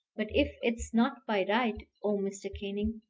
but if it's not by right, oh, mr. canning,